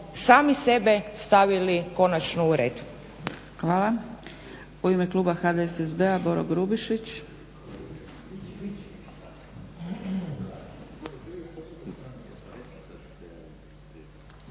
sami sebe stavili konačno u red.